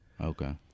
Okay